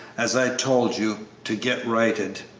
as i told you, to get righted.